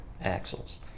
axles